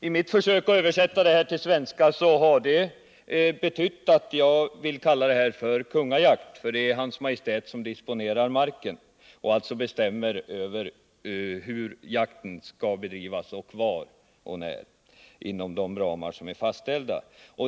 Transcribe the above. I mitt försök att översätta det här till svenska har jag funnit att jag vill kalla det för kungajakt, eftersom det är Hans Majestät som disponerar marken och alltså bestämmer hur jakten skall bedrivas, var och när —- inom fastställda ramar.